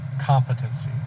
competency